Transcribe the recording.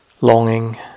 longing